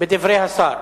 בדברי השר.